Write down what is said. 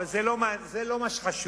אבל זה לא מה שחשוב.